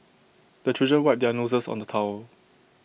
the children wipe their noses on the towel